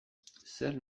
zer